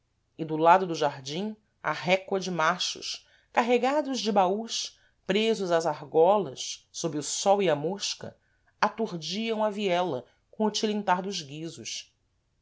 e do lado do jardim a récua de machos carregados de baús presos às argolas sob o sol e a mosca aturdiam a viela com o tilintar dos guizos